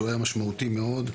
שהוא היה משמעותי מאוד.